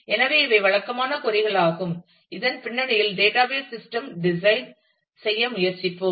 எனவே இவை வழக்கமான கொறி களாகும் இதன் பின்னணியில் டேட்டாபேஸ் சிஸ்டம் டிசைன் செய்ய முயற்சிப்போம்